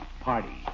Party